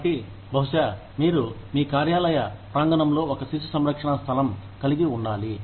కాబట్టి బహుశా మీరు మీ కార్యాలయ ప్రాంగణంలో ఒక శిశు సంరక్షణ స్థలం కలిగి ఉండాలి